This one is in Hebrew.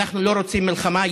אנחנו לא רוצים מלחמה.